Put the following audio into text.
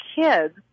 kids